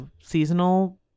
seasonal